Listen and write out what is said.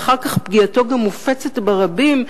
ואחר כך פגיעתו גם מופצת ברבים.